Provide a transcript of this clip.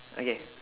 okay